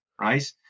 right